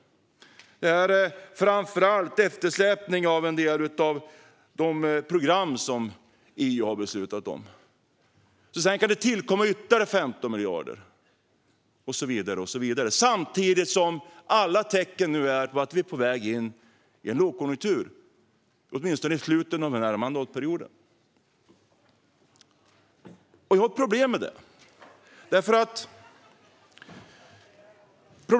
Det handlar framför allt om eftersläpning inom en del av de program som EU har beslutat om. Sedan kan det tillkomma ytterligare 15 miljarder, och så vidare. Samtidigt tyder alla tecken på att vi nu är på väg in i en lågkonjunktur, åtminstone i slutet av denna mandatperiod. Jag har problem med detta.